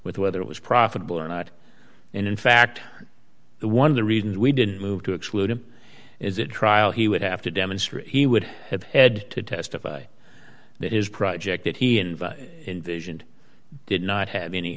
with whether it was profitable or not and in fact one of the reasons we didn't move to exclude him is that trial he would have to demonstrate he would have had to testify that his project that he and envisioned did not have any